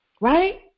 right